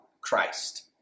Christ